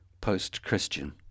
post-Christian